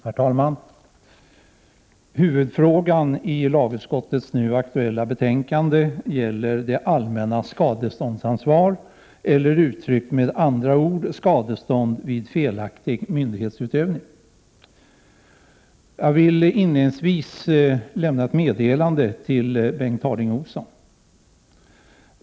Herr talman! Huvudfrågan i lagutskottets nu aktuella betänkande gäller det allmännas skadeståndsansvar eller, uttryckt med andra ord, skadestånd vid felaktig myndighetsutövning. Jag vill inledningsvis lämna ett meddelande till Bengt Harding Olson.